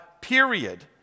period